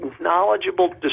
knowledgeable